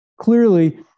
Clearly